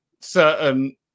certain